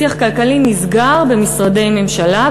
השיח הכלכלי נסגר במשרדי ממשלה,